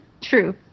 True